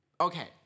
Okay